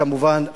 כמובן,